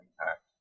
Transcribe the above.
impact